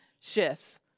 shifts